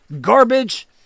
garbage